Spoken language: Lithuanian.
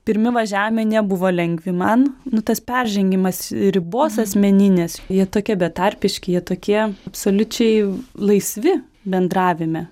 pirmi važiavimai nebuvo lengvi man nu tas peržengimas ribos asmeninės jie tokie betarpiški jie tokie absoliučiai laisvi bendravime